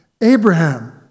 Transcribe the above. Abraham